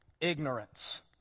ignorance